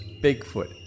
Bigfoot